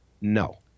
no